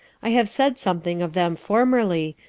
i have said something of them formerly,